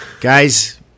Guys